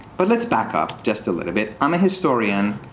but let's back up just a little bit. i'm a historian,